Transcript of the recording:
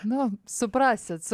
nu suprasit